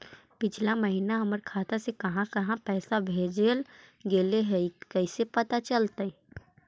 पिछला महिना हमर खाता से काहां काहां पैसा भेजल गेले हे इ कैसे पता चलतै?